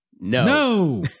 No